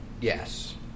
Yes